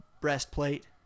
breastplate